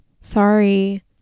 Sorry